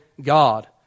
God